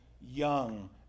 young